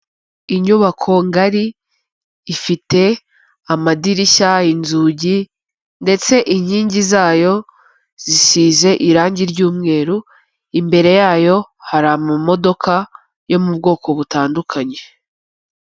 Inyubako ngari ifite amadirishya, inzugi ndetse inkingi zayo zisize irangi ry'umweru, imbere yayo hari amamodoka yo mu bwoko butandukanye.